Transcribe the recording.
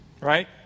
right